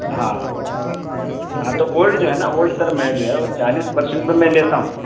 ہاں ہاں تو اولڈ جو ہے نہ اولڈ سر میں جو ہے وہ چالیس پرسینٹ پہ میں لیتا ہوں